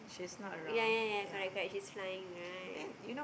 ya ya ya correct correct she's flying right